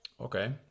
Okay